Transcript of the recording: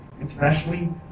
internationally